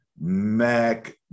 Mac